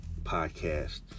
podcast